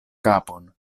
kapon